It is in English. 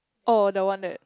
oh the one that